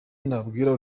nabwira